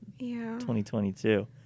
2022